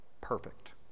Perfect